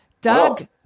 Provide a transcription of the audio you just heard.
Doug